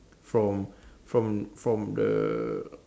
from from from the